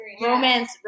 Romance